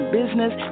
business